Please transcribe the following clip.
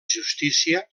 justícia